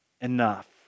enough